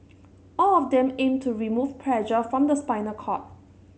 all of them aim to remove pressure from the spinal cord